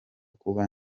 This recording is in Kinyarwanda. kuba